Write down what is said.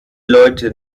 leute